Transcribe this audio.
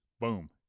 boom